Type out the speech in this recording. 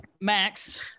Max